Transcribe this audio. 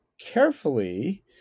carefully